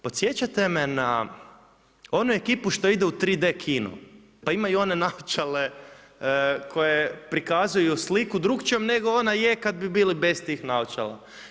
Podsjećate me na onu ekipu što ide u 3D kinu, pa imaju one naočale koje prikazuju sliku drugačijom nego ona je kad bi bili bez tih naočala.